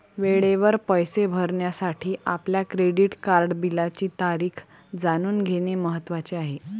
वेळेवर पैसे भरण्यासाठी आपल्या क्रेडिट कार्ड बिलाची तारीख जाणून घेणे महत्वाचे आहे